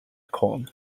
com